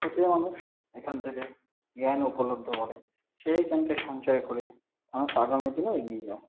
প্রতিটা মানুষ এখান থেকে জ্ঞান উপলব্ধ করে সেই জ্ঞানকে সঞ্চয় করে মানুষ আগামী দিনে এগিয়ে যায়